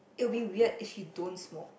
it will be weird if you don't smoke